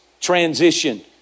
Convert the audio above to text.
transition